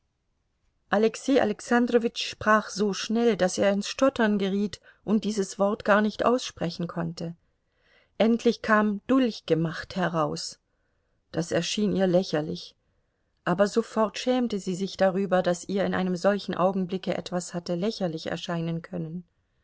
alexei alexandrowitsch sprach so schnell daß er ins stottern geriet und dieses wort gar nicht aussprechen konnte endlich kam dulchgemacht heraus das erschien ihr lächerlich aber sofort schämte sie sich darüber daß ihr in einem solchen augenblicke etwas hatte lächerlich erscheinen können